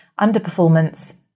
underperformance